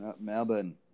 Melbourne